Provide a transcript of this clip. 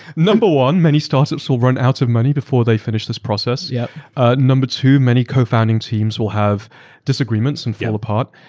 number one, many startups will run out of money before they finish this process. yeah ah number two, many co-founding teams will have disagreements and fall apart.